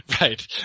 right